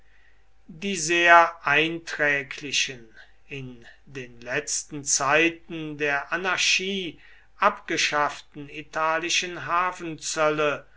die sehr einträglichen in den letzten zeiten der anarchie abgeschafften italischen